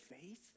faith